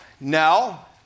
Now